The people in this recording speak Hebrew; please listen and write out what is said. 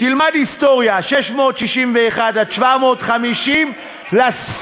תלמד היסטוריה, 661 750 לספירה.